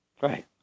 Right